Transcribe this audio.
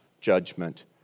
judgment